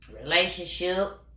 relationship